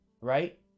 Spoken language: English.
right